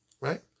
right